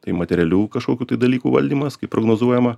tai materialių kažkokių tai dalykų valdymas kaip prognozuojama